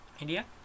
India